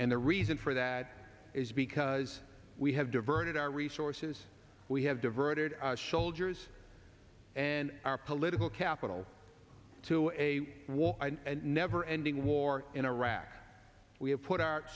the reason for that is because we have diverted our resources we have diverted shoulders and our political capital to a war and never ending war in iraq we have put our